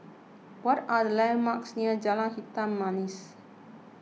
what are the landmarks near Jalan Hitam Manis